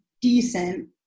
decent